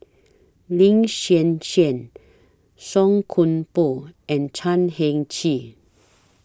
Lin Hsin Hsin Song Koon Poh and Chan Heng Chee